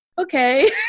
okay